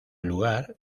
lugar